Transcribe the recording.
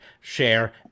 share